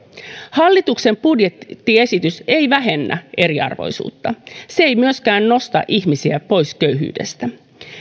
hallituksen budjettiesitys ei vähennä eriarvoisuutta se ei myöskään nosta ihmisiä pois köyhyydestä